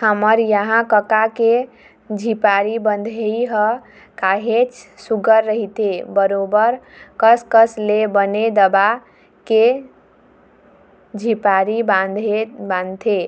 हमर इहाँ कका के झिपारी बंधई ह काहेच सुग्घर रहिथे बरोबर कस कस ले बने दबा के झिपारी बांधथे